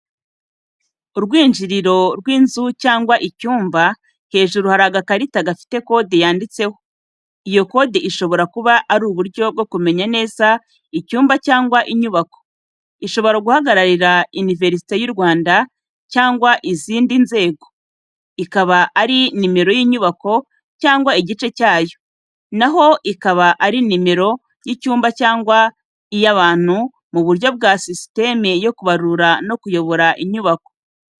Urwinjiriro rw’inzu cyangwa icyumba, hejuru hari agakarita gafite kode yanditseho. Iyo kode ishobora kuba ari uburyo bwo kumenya neza icyumba cyangwa inyubako. Ishobora guhagararira Univerisite y'u Rwanda cyangwa indi nzego, ikaba ari nimero y’inyubako cyangwa igice cyayo, na ho ikaba ari nimero y’icyumba cyangwa iy’ahantu mu buryo bwa sisitemu yo kubarura no kuyobora inyubako.